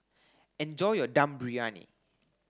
enjoy your Dum Briyani